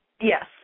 Yes